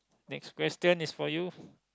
next question is for you